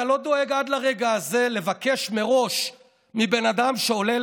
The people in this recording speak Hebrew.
אתה לא דואג עד לרגע הזה לבקש מראש מבן אדם שעולה,